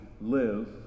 live